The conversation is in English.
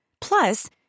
Plus